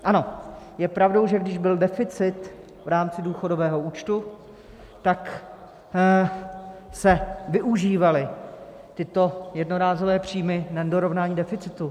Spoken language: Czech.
Ano, je pravdou, že když byl deficit v rámci důchodového účtu, tak se využívaly tyto jednorázové příjmy na dorovnání deficitu.